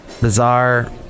Bizarre